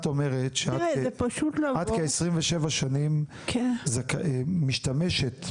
את אומרת שאת כ-27 שנים משתמשת,